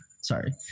sorry